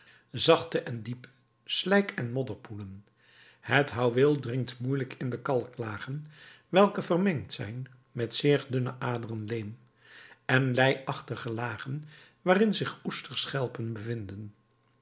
zachte en diepe slijken modderpoelen het houweel dringt moeielijk in de kalklagen welke vermengd zijn met zeer dunne aderen leem en leiachtige lagen waarin zich oesterschelpen bevinden